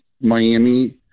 Miami